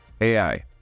AI